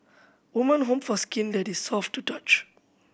women hope for skin that is soft to touch